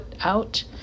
out